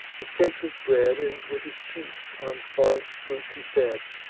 with cakes of bread and, with his chiefs, on forest fruits he fed.